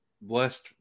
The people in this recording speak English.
blessed